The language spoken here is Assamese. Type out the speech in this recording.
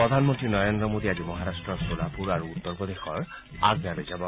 প্ৰধানমন্ত্ৰী নৰেন্দ্ৰ মোডী আজি মহাৰাট্টৰ ছলাপুৰ আৰু উত্তৰ প্ৰদেশৰ আগ্ৰালৈ যাব